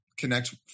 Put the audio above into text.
connect